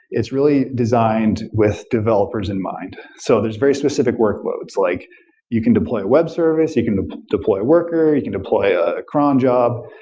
it's really designed with developers in mind. so there's very specific workloads, like you can deploy a web service, you can deploy a worker. you can deploy a a cron job,